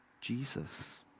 Jesus